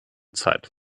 zeit